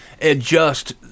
adjust